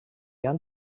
han